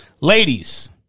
Ladies